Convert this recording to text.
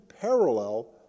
parallel